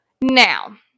Now